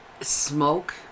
smoke